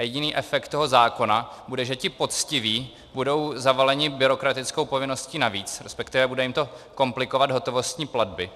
Jediný efekt toho zákona bude, že ti poctiví budou zavaleni byrokratickou povinností navíc, resp. bude jim to komplikovat hotovostní platby.